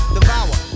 Devour